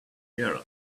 year